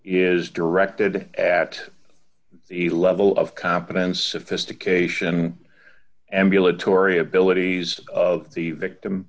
is directed at the level of competence sophistication ambulatory abilities of the victim